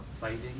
fighting